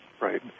Right